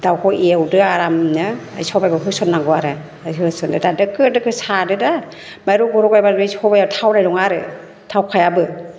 दाउखौ एवदो आरामनो सबाइखौ होसननांगौ आरो ओमफ्राय होसनदो दोखो दोखो सादो दा रग' र'गायबा बे सबाइया थावनाय नङा आरो थावखायाबो